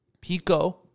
Pico